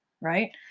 Right